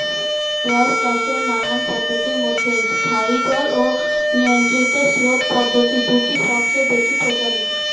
জলচাষের নানা পদ্ধতির মধ্যে স্থায়ী জল ও নিয়ন্ত্রিত স্রোত পদ্ধতি দুটি সবচেয়ে বেশি প্রচলিত